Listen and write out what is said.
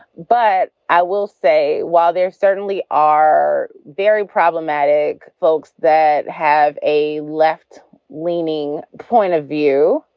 but i will say while there certainly are very problematic folks that have a left leaning point of view,